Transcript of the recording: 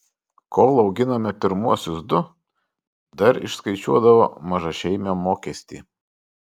kol auginome pirmuosius du dar išskaičiuodavo mažašeimio mokestį